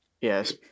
yes